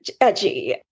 edgy